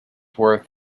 worth